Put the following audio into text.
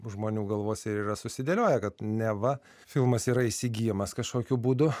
žmonių galvose ir yra susidėlioję kad neva filmas yra įsigyjamas kažkokiu būdu